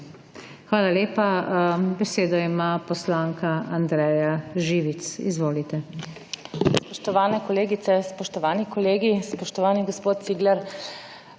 Hvala lepa. Besedo ima poslanka Eva Irgl. Izvolite.